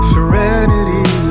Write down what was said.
Serenity